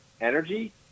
energy